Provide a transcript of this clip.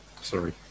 Sorry